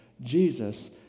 Jesus